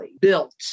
built